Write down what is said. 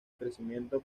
crecimiento